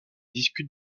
discutent